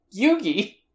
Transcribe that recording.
Yugi